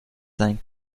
sein